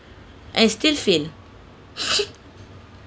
and still fail